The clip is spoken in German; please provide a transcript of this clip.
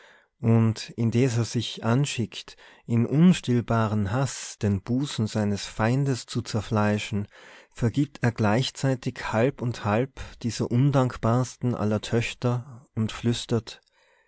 und indes er sich anschickt in unstillbarem haß den busen seines feindes zu zerfleischen vergibt er gleichzeitig halb und halb dieser undankbarsten aller töchter und flüstert